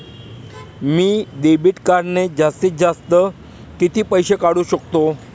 मी debit कार्डने जास्तीत जास्त किती पैसे काढू शकतो?